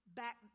back